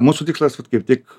mūsų tikslas vat kaip tik